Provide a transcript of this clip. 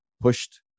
pushed